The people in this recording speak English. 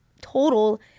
total